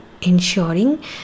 ensuring